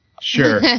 Sure